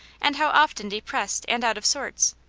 and how often depressed and out of sorts,